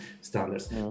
standards